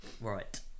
Right